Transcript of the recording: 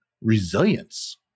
resilience